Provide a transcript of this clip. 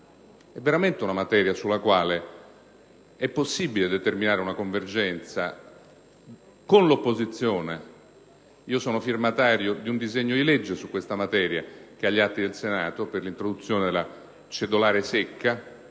è veramente possibile determinare una convergenza con l'opposizione? Sono firmatario di un disegno di legge su questa materia, che è agli atti del Senato, per l'introduzione della cedolare secca.